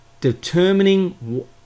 determining